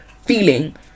feeling